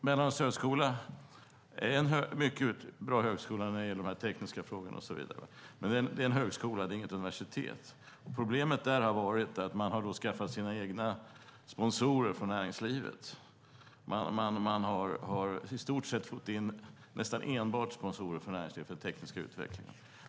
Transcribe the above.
Mälardalens högskola är en mycket bra högskola när det gäller de tekniska frågorna och så vidare. Men det är en högskola; det är inget universitet. Problemet där har varit att man har skaffat sina egna sponsorer från näringslivet. Man har nästan enbart fått in sponsorer från näringslivet för den tekniska utvecklingen.